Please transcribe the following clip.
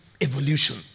evolution